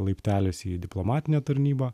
laiptelis į diplomatinę tarnybą